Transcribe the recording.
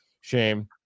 shame